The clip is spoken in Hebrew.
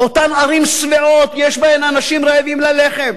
אותן ערים שבעות, יש בהן אנשים רעבים ללחם.